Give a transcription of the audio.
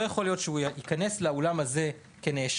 יכול להיות שהוא יכנס לאולם הזה כנאשם,